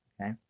okay